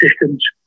systems